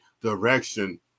direction